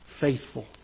faithful